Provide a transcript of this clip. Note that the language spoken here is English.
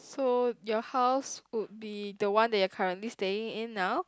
so your house would be the one that you are currently staying in now